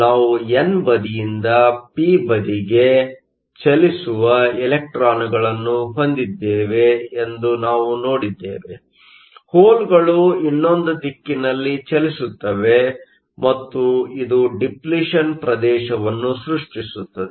ನಾವು ಎನ್ ಬದಿಯಿಂದ ಪಿ ಬದಿಗೆ ಚಲಿಸುವ ಇಲೆಕ್ಟ್ರಾನ್ಗಳನ್ನು ಹೊಂದಿದ್ದೇವೆ ಎಂದು ನಾವು ನೋಡಿದ್ದೇವೆ ಹೋಲ್Holeಗಳು ಇನ್ನೊಂದು ದಿಕ್ಕಿನಲ್ಲಿ ಚಲಿಸುತ್ತವೆ ಮತ್ತು ಇದು ಡಿಪ್ಲಿಷನ್Depletion ಪ್ರದೇಶವನ್ನು ಸೃಷ್ಟಿಸುತ್ತದೆ